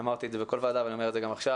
אמרתי את זה בכל ועדה ואני אומר את זה גם עכשיו,